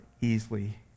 easily